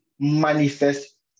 manifest